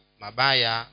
mabaya